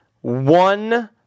One